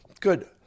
good